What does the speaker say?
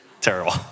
Terrible